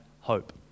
hope